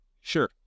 Sure